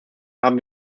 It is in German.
haben